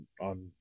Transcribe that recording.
on